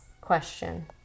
question